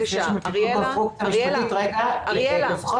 לפני שמתארים את הקונסטרוקציה המשפטית לפחות